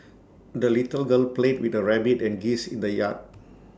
the little girl played with her rabbit and geese in the yard